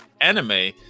anime